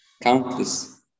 countless